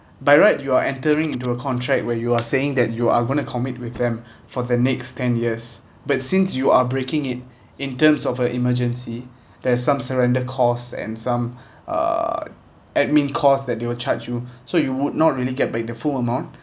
by right you are entering into a contract where you are saying that you are going to commit with them for the next ten years but since you are breaking it in terms of a emergency there's some surrender cost and some uh admin cost that they will charge you so you would not really get back the full amount